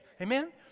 Amen